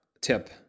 tip